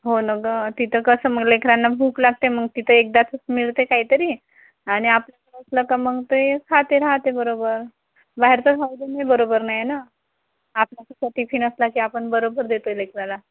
हो ना गं तिथं कसं मग लेकरांना भूक लागते मग तिथे एकदाच मिळते काहीतरी आणि आपापलं असलं की मग ते खाते राहते बरोबर बाहेरचं खाणंपण नाही बरोबर नाही ना आपला कसा टिफिन असला की आपन बरोबर देतोय लेकराला